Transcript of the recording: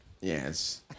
Yes